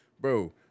Bro